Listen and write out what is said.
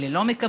אלה לא מקבלים,